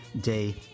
day